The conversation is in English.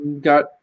Got